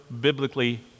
biblically